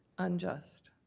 unjust.